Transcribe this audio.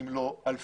אם לא אלפי,